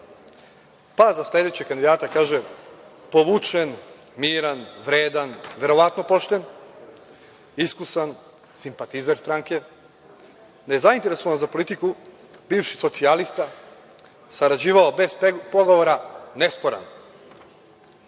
Za sledećeg kandidata kaže: povučen, miran, vredan, verovatno pošten, iskusan, simpatizer stranke, nezainteresovan za politiku, bivši socijalista, sarađivao bez pogovora, nesporan.